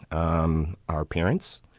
um our parents,